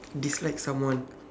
dislike someone